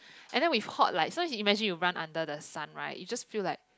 and then we hot like so imagine you run under the sun right you just feel like